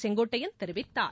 செங்கோட்டையன் தெரிவித்தார்